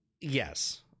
Yes